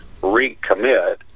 recommit